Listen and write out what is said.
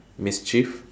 mischief